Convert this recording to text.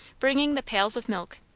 bringing the pails of milk.